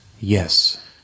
Yes